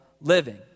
living